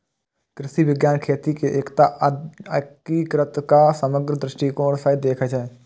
कृषि विज्ञान खेती कें एकटा एकीकृत आ समग्र दृष्टिकोण सं देखै छै